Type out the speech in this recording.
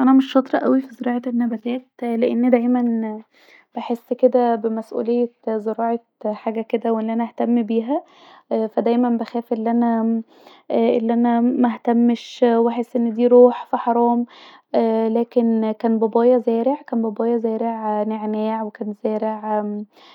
انا مش شاطره اوي في زراعة النباتات لاني دايما بحس بمسؤولية زراعة حاجه كدا وانا بهتم بيها ف دايما بخاف ان انا الي انا مهتمش واحس أن دي روح ف حرام لاكن كان بابايا زارع كان بابايا زارع نعناع وكان زارع